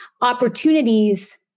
opportunities